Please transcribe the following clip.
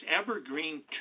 Evergreen